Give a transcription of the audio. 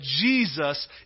Jesus